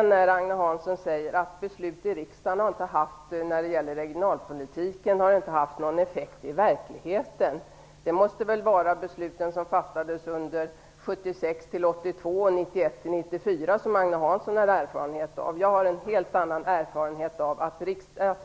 Agne Hansson säger att riksdagsbeslut om regionalpolitiken inte har haft någon effekt i verkligheten. Det måste väl vara de beslut som fattades under 1976-1982 och 1991-1994 som Agne Hansson har erfarenhet av. Jag har en helt annan erfarenhet.